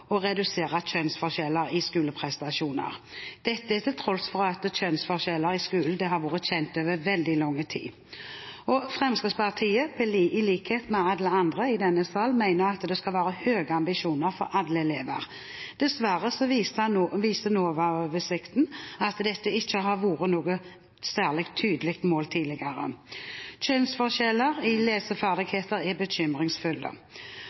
å redusere kjønnsforskjeller i skoleprestasjoner, dette til tross for at kjønnsforskjeller i skolen har vært kjent over veldig lang tid. Fremskrittspartiet, i likhet med alle andre i denne sal, mener at det skal være høye ambisjoner for alle elever. Dessverre viser NOVA-oversikten at dette ikke har vært noe særlig tydelig mål tidligere. Kjønnsforskjellene i leseferdigheter er bekymringsfulle